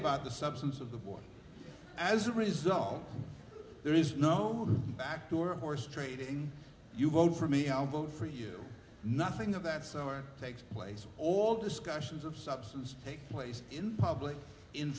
about the substance of the boy as a result there is no back door horsetrading you vote for me i'll vote for you nothing of that somewhere takes place all discussions of substance take place in public in